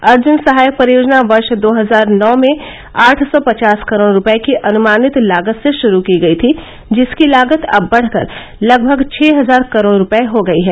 अर्जुन सहायक परियोजना वर्ष दो हजार नौ में आठ सौ पचास करोड़ रूपये की अनुमानित लागत से शुरू की गयी थी जिसकी लागत अब बढ़कर लगभग छ हजार करोड़ रूपये हो गयी है